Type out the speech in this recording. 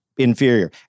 Inferior